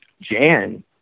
Jan